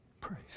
Praise